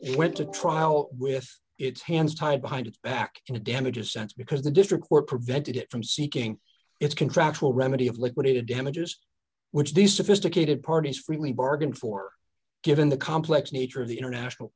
it went to trial with its hands tied behind its back in a damages sense because the district were prevented it from seeking its contractual remedy of liquidated damages which these sophisticated parties freely bargained for given the complex nature of the international